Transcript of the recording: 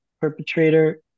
perpetrator